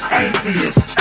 atheist